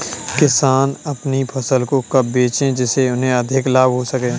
किसान अपनी फसल को कब बेचे जिसे उन्हें अधिक लाभ हो सके?